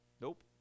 Nope